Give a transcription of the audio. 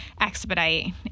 expedite